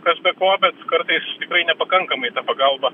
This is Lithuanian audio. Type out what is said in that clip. kas be ko bet kartais tikrai nepakankamai ta pagalba